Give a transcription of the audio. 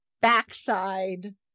backside